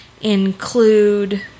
include